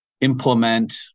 implement